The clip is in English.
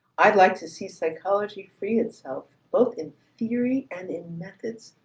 i'd like to see psychology free itself, both in theory and in methods,